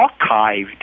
archived